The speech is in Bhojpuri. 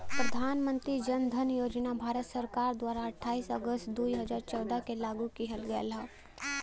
प्रधान मंत्री जन धन योजना भारत सरकार द्वारा अठाईस अगस्त दुई हजार चौदह के लागू किहल गयल हौ